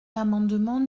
l’amendement